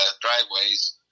driveways